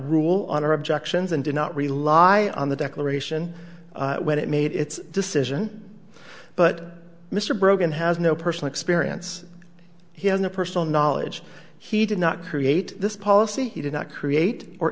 rule on our objections and did not rely on the declaration when it made its decision but mr broken has no personal experience he has no personal knowledge he did not create this policy he did not create or